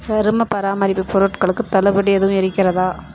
சரும பராமரிப்பு பொருட்களுக்கு தள்ளுபடி எதுவும் இருக்கிறதா